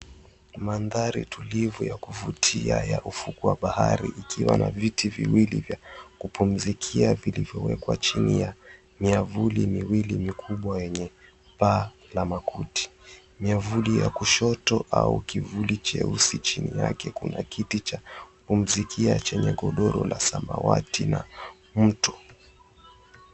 Maanthari tulivu ya kuvutia ya ufukwe wa bahari ikiwa na viti viwili vya kupumzikia viliyowekwa chini ya miavuli miwili mikubwa yenye paa la makuti. Miamvuli ya kushoto au kivuli cheusi chini yake kuna kiti cha kupumzikia chenye godoro la samawati na mto.